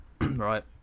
right